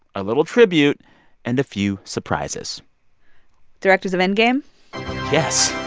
a little tribute and a few surprises directors of endgame yes